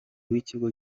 w’ikigo